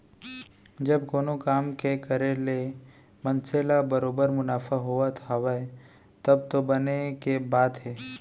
जब कोनो काम के करे ले मनसे ल बरोबर मुनाफा होवत हावय तब तो बने के बात हे